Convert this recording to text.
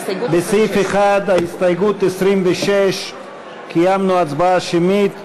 26 קיימנו הצבעה שמית.